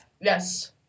Yes